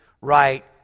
right